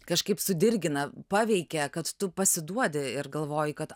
kažkaip sudirgina paveikia kad tu pasiduodi ir galvoji kad